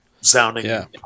sounding